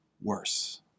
worse